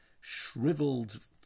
shriveled